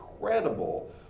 incredible